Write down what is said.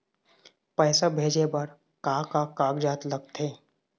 पैसा भेजे बार का का कागजात लगथे?